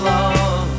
Love